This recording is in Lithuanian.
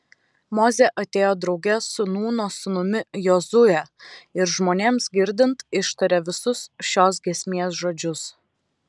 mozė atėjo drauge su nūno sūnumi jozue ir žmonėms girdint ištarė visus šios giesmės žodžius